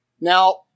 Now